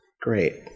great